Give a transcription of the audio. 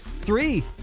three